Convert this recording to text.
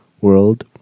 World